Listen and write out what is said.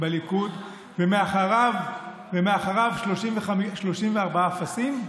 בליכוד ומאחוריו 34 אפסים?